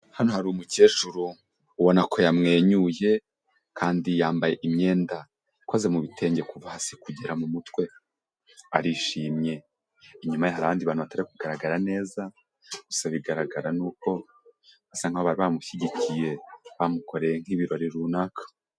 Hano hari umukecuru ubona ko yamwenyuye, kandi yambaye imyenda ikoze mu bitenge kuva hasi kugera mu mutwe, arishimye, inyuma ye hari abandi bantu batari kugaragara neza gusa bigaragara nuko asa nkaho bari bamushyigikiye, bamukoreye nk'ibirori runaka.